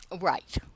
Right